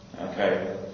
Okay